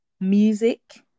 Music